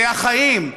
זה החיים,